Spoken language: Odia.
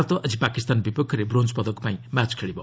ଭାରତ ଆଜି ପାକିସ୍ତାନ ବିପକ୍ଷରେ ବ୍ରୋଞ୍ଜ ପଦକ ପାଇଁ ମ୍ୟାଚ୍ ଖେଳିବ